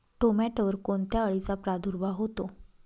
टोमॅटोवर कोणत्या अळीचा प्रादुर्भाव होतो?